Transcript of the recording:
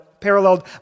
paralleled